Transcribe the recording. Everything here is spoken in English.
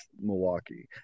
Milwaukee